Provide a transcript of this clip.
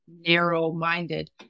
narrow-minded